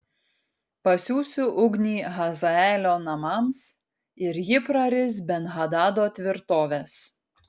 pasiųsiu ugnį hazaelio namams ir ji praris ben hadado tvirtoves